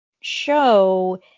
show